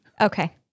Okay